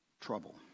trouble